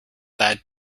that